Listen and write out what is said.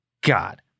God